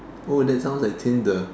oh that sounds like tinder